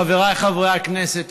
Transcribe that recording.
חבריי חברי הכנסת,